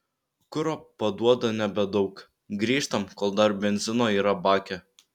kuro paduoda nebedaug grįžtam kol dar benzino yra bake